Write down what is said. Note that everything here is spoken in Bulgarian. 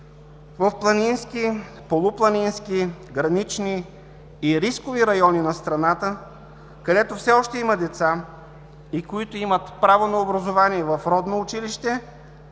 в планински, полупланински, гранични и рискови райони на страната, където все още има деца, които имат право на образование в родно училище,